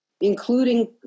including